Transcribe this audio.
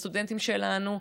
הסטודנטים שלנו,